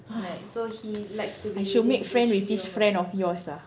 !wah! I should make friends with this friend of yours lah